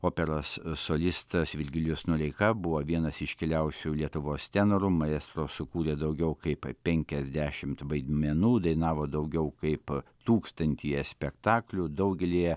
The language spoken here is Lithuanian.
operos solistas virgilijus noreika buvo vienas iškiliausių lietuvos tenorų maestro sukūrė daugiau kaip penkiasdešimt vaidmenų dainavo daugiau kaip tūkstantyje spektaklių daugelyje